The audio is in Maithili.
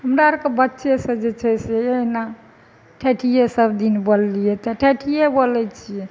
हमरा आरके बच्चेसँ जे छै से नऽ ठेठिये सभदिन बोललियै तऽ ठेठिये बोलय छियै